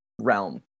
realm